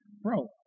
bro